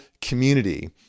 community